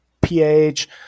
pH